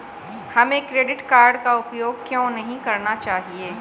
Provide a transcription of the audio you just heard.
हमें credit card का उपयोग क्यों नहीं करना चाहिए?